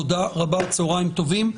תודה רבה, צהרים טובים.